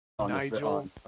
Nigel